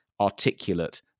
articulate